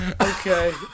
Okay